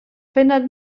pennad